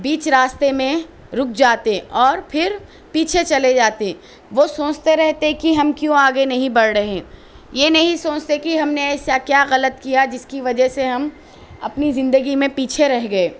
بیچ راستے میں رک جاتے اور پھر پیچھے چلے جاتے وہ سوچتے رہتے کہ ہم کیوں آگے نہیں بڑھ رہے یہ نہیں سوچتے کہ ہم نے ایسا کیا غلط کیا جس کی وجہ سے ہم اپنی زندگی میں پیچھے رہ گیے